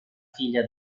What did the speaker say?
figlia